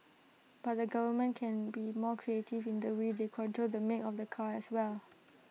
but the government can be more creative in the way they control the make of the car as well